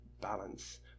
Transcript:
balance